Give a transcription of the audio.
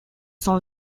sont